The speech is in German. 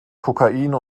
kokain